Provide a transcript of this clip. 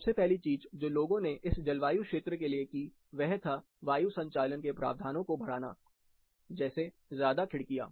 सबसे पहली चीज जो लोगों ने इस जलवायु क्षेत्र के लिए की वह था वायु संचालन के प्रावधानों को बढ़ाना जैसे ज्यादा खिड़कियां